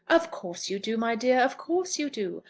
of course you do, my dear of course you do.